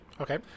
okay